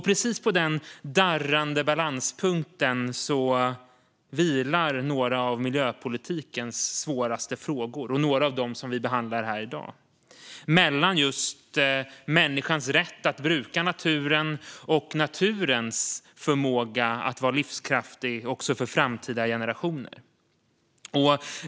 Precis på den darrande balanspunkten vilar några av miljöpolitikens svåraste frågor, och några av dem som vi behandlar här i dag, nämligen mellan just människans rätt att bruka naturen och naturens förmåga att vara livskraftig också för framtida generationer.